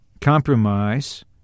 compromise